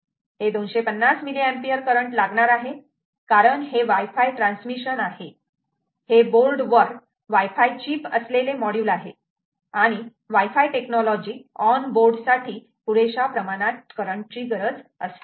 हे 250 mA current लागणार आहे कारण हे वाय फाय ट्रान्समिशन आहे हे बोर्ड वर वाय फाय चीप असलेले मॉड्यूल आहे आणि wifi technology on board साठी पुरेशा प्रमाणात करंट ची गरज असते